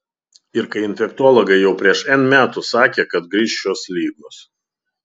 ir kai infektologai jau prieš n metų sakė kad grįš šios ligos